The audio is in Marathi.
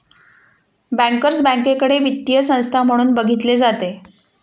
बँकर्स बँकेकडे वित्तीय संस्था म्हणून बघितले जाते